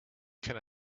can